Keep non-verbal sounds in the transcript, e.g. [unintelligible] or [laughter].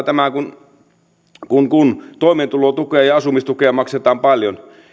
[unintelligible] tämä vaikuttaa kun toimeentulotukea ja asumistukea maksetaan paljon